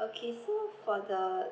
okay so for the